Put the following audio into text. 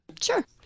Sure